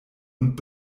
und